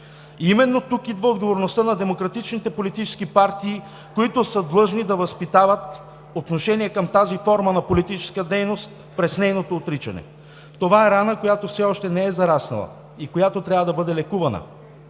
И именно тук идва отговорността на демократичните политически партии, които са длъжни да възпитават отношение към тази форма на политическа дейност през нейното отричане. Това е рана, която все още не е зараснала и която трябва да бъде лекувана.